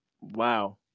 Wow